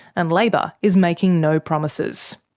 and labor is making no promises.